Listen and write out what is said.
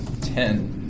ten